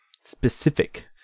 specific